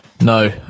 No